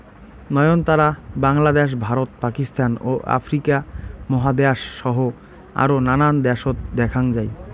নয়নতারা বাংলাদ্যাশ, ভারত, পাকিস্তান ও আফ্রিকা মহাদ্যাশ সহ আরও নানান দ্যাশত দ্যাখ্যাং যাই